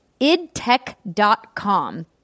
idtech.com